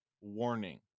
warning